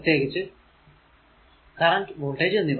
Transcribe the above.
പ്രത്യേകിച്ച് current voltage എന്നിവ